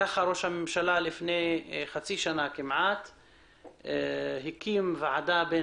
ראש הממשלה לפני כחצי שנה הקים ועדה בין